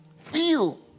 Feel